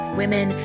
women